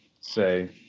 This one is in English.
say